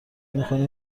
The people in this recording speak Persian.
میکنیم